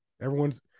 everyone's